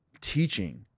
teaching